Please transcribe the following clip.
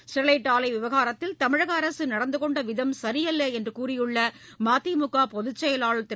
Sterlite ஆலை விவகாரத்தில் தமிழக அரசு நடந்து கொண்ட விதம் சரியல்ல என்று கூறியுள்ள மதிமுக பொதுச் செயவாளர் திரு